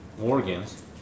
organs